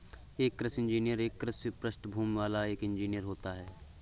एक कृषि इंजीनियर एक कृषि पृष्ठभूमि वाला एक इंजीनियर होता है